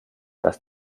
dass